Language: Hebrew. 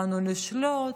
באנו לשלוט,